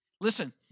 Listen